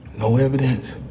no evidence